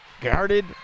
guarded